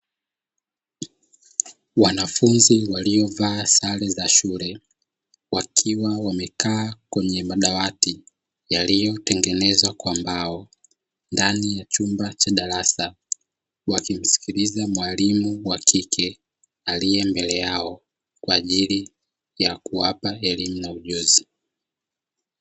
Wanafunzi waliovaa sare za shule wakiwa wamekaa kwenye madawati yaliyotengenezwa kwa mbao. Ndani ya chumba cha darasa wakimsikiliza mwalimu wa kike, aliye mbele yao kwa ajili ya kuwapa elimu na ujuzi.